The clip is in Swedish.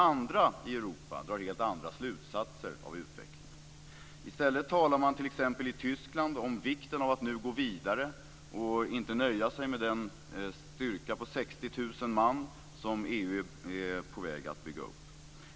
Andra i Europa drar helt andra slutsatser av utvecklingen. T.ex. i Tyskland talar man om vikten av att nu gå vidare och inte nöja sig med den styrka på 60 000 man som EU är på väg att bygga upp.